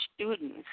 students